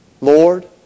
Lord